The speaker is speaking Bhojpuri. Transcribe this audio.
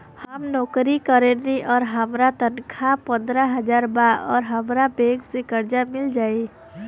हम नौकरी करेनी आउर हमार तनख़ाह पंद्रह हज़ार बा और हमरा बैंक से कर्जा मिल जायी?